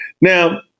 Now